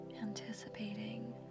Anticipating